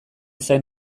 zain